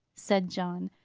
said john.